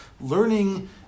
learning